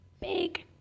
big